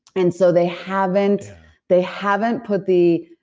and so they haven't they haven't put the.